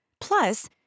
Plus